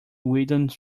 williams